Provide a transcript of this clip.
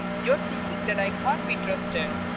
you're thinking that i can't be trusted.